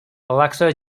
alexa